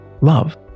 love